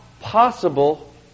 possible